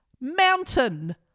Mountain